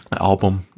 album